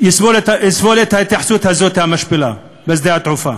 יסבול את ההתייחסות הזאת, המשפילה, בשדה-התעופה,